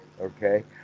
Okay